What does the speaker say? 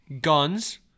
Guns